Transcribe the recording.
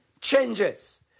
changes